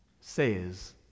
says